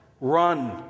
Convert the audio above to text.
run